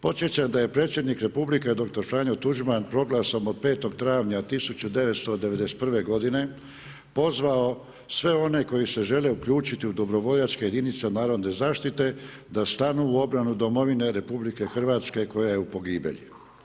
Podsjećam da je predsjednik RH doktor Franjo Tuđman, proglasom od 5. travnja 1991. g. pozvao sve one koji se žele uključiti u dobrovoljačke jedinice narodne zaštite, da stanu u obranu domovine RH, koja je u pogiblju.